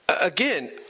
again